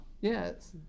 Yes